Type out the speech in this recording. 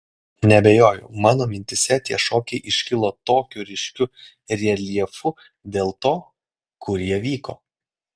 neabejoju mano mintyse tie šokiai iškilo tokiu ryškiu reljefu dėl to kur jie vyko